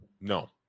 no